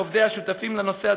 שעובדיו שותפים לנושא,